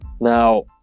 now